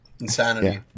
Insanity